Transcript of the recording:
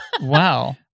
Wow